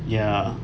ya